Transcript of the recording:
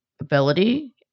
ability